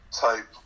type